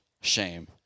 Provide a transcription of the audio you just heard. shame